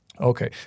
Okay